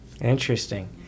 Interesting